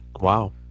Wow